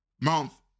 month